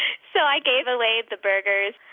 so i gave away the burgers,